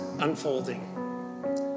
unfolding